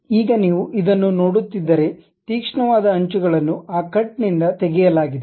ಈಗ ನೀವು ಇದನ್ನು ನೋಡುತ್ತಿದ್ದರೆ ತೀಕ್ಷ್ಣವಾದ ಅಂಚುಗಳನ್ನು ಆ ಕಟ್ ನಿಂದ ತೆಗೆಯಲಾಗಿದೆ